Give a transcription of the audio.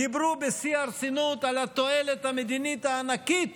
דיברו בשיא הרצינות על התועלת המדינית הענקית